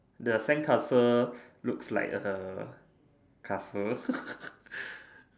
the sandcastle looks like a castle